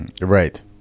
right